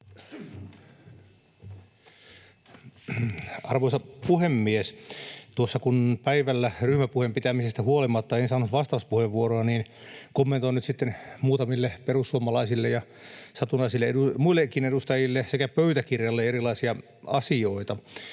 Arvoisa puhemies! Tuossa kun päivällä ryhmäpuheen pitämisestä huolimatta en saanut vastauspuheenvuoroa, niin kommentoin nyt sitten muutamille perussuomalaisille ja satunnaisille muillekin edustajille sekä pöytäkirjalle erilaisia asioita.